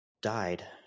died